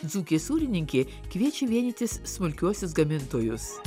dzūkė sūrininkė kviečia vienytis smulkiuosius gamintojus